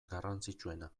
garrantzitsuena